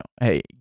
hey